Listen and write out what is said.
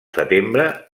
setembre